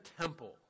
temple